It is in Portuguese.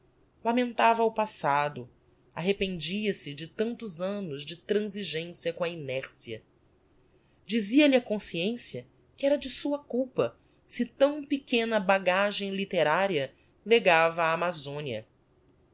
o passado arrependia-se de tantos annos de transigencia com a inercia dizia-lhe a consciencia que era de sua culpa se tão pequena bagagem litteraria legava